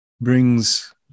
brings